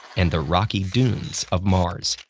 and the rocky dunes of mars.